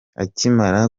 akimara